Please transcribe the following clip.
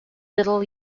little